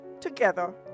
Together